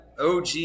og